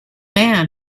man